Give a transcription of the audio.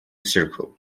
circle